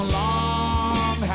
long